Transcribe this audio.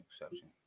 exception